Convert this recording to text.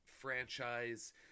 franchise